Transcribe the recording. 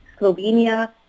Slovenia